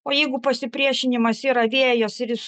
o jeigu pasipriešinimas yra vėjas ir jis